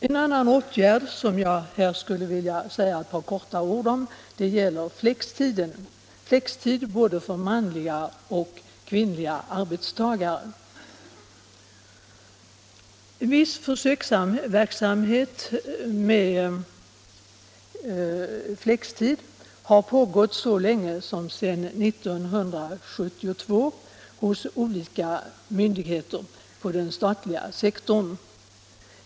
En annan åtgärd som jag här skulle vilja säga några ord om är flextiden —- flextid för både manliga och kvinnliga arbetstagare. Viss försöksverksamhet med flextid har pågått så länge som sedan 1972 hos olika myndigheter på den statliga sektorn.